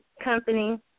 company